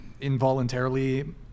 involuntarily